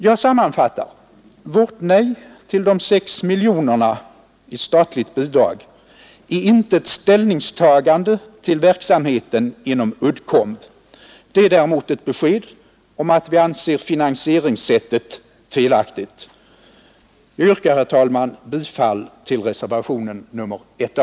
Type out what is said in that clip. Jag sammanfattar: Vårt nej till de 6 miljonerna i statligt bidrag är inte ett ställningstagande till verksamheten inom Uddcomb. Det är däremot ett besked om att vi anser finansieringssättet felaktigt. Jag yrkar, herr talman, bifall till reservationen 1 a.